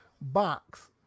box